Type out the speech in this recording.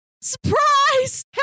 Surprise